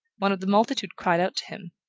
one of the multitude cried out to him,